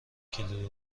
کلید